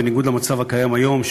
בניגוד למצב הקיים היום,